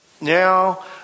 Now